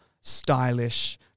stylish